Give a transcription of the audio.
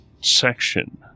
section